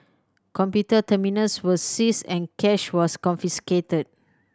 computer terminals were seized and cash was confiscated